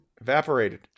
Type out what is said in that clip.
Evaporated